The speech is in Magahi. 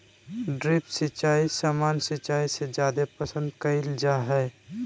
ड्रिप सिंचाई सामान्य सिंचाई से जादे पसंद कईल जा हई